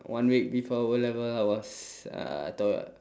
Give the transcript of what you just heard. one week before O-level I was uh t~